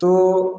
तो